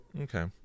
Okay